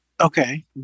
Okay